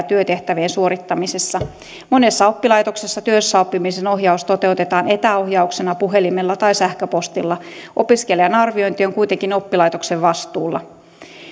työtehtävien suorittamisessa monessa oppilaitoksessa työssäoppimisen ohjaus toteutetaan etäohjauksena puhelimella tai sähköpostilla opiskelijan arviointi on kuitenkin oppilaitoksen vastuulla